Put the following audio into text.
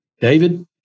David